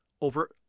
over